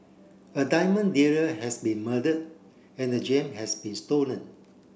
a diamond dealer has been murdered and the gem has been stolen